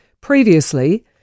Previously